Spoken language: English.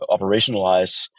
operationalize